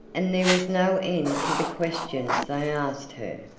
and there was no end to the questions they asked her.